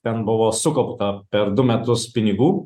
ten buvo sukaupta per du metus pinigų